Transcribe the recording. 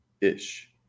ish